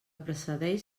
precedeix